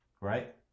right